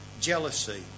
jealousy